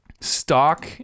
stock